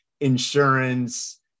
insurance